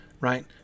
right